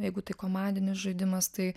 jeigu tai komandinis žaidimas tai